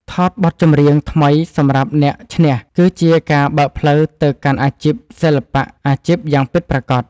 ថតបទចម្រៀងថ្មីសម្រាប់អ្នកឈ្នះគឺជាការបើកផ្លូវទៅកាន់អាជីពសិល្បៈអាជីពយ៉ាងពិតប្រាកដ។